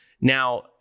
Now